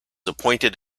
appointed